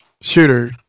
Shooter